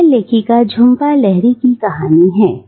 यह लेखिका झुंपा लहरी की एक कहानी है